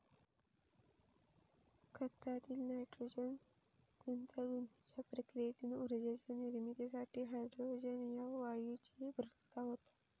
खतातील नायट्रोजन गुंतागुंतीच्या प्रक्रियेतून ऊर्जेच्या निर्मितीसाठी हायड्रोजन ह्या वायूची पूर्तता होता